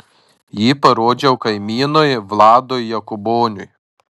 jį parodžiau kaimynui vladui jakuboniui